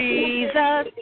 Jesus